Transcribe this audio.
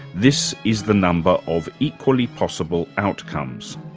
this is the number of equally possible outcomes.